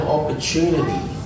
opportunity